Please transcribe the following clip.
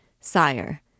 Sire